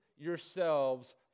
yourselves